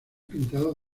pintados